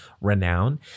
renown